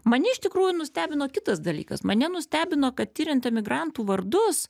mane iš tikrųjų nustebino kitas dalykas mane nustebino kad tiriant emigrantų vardus